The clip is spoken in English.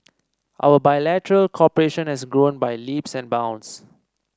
our bilateral cooperation has grown by leaps and bounds